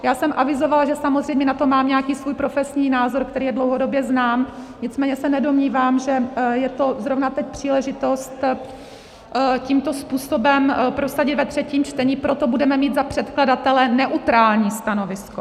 Já jsem avizovala, že samozřejmě na to mám nějaký svůj profesní názor, který je dlouhodobě znám, nicméně se nedomnívám, že je zrovna teď příležitost to tímto způsobem prosadit ve třetím čtení, proto budeme mít za předkladatele neutrální stanovisko.